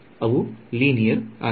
ಅವು ಲೀನಿಯರ್ ಆಗಿವೆ